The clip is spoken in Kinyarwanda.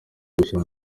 gushyira